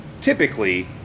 typically